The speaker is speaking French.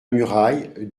muraille